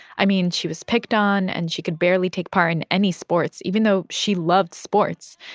i mean, she was picked on, and she could barely take part in any sports even though she loved sports.